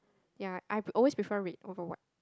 ya I always prefer red over white